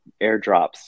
airdrops